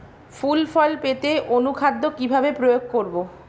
ফুল ফল পেতে অনুখাদ্য কিভাবে প্রয়োগ করব?